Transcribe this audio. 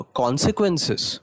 consequences